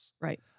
right